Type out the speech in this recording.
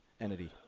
entity